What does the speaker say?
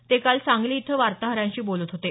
ते काल सांगली इथं वार्ताहरांशी बोलत होते